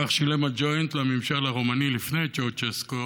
כך שילם הג'וינט לממשל הרומני לפני צ'אושסקו